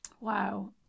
Wow